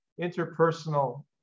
interpersonal